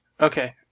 Okay